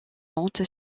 monte